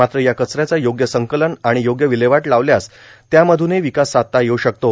मात्र या कचऱ्याच योग्य संकलन आर्गाण योग्य ववल्हेवाट लावल्यास त्यामधूनही ववकास साधता येऊ शकतो